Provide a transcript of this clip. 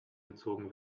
gezogen